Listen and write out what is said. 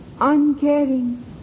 uncaring